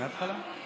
מהתחלה?